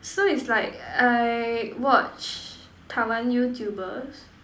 so it's like I watch Taiwan Youtubers